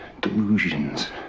delusions